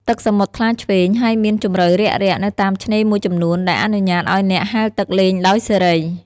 ទឹកសមុទ្រថ្លាឆ្វេង ហើយមានជម្រៅរាក់ៗនៅតាមឆ្នេរមួយចំនួន ដែលអនុញ្ញាតឲ្យអ្នកហែលទឹកលេងដោយសេរី។